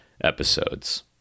episodes